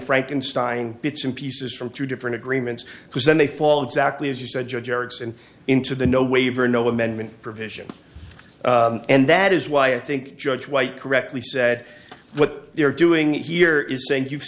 frankenstein bits and pieces from two different agreements because then they fall exactly as you said judge erickson into the no waiver no amendment provision and that is why i think judge white correctly said what they're doing here is saying you've